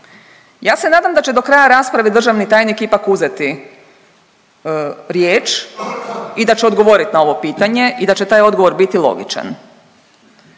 Ja se nadam da će do kraja rasprave državni tajnik ipak uzeti riječ i da će odgovorit na ovo pitanje i da će taj odgovor biti logičan